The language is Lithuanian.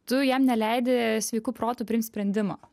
tu jam neleidi sveiku protu priimt sprendimo